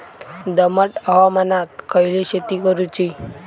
दमट हवामानात खयली शेती करूची?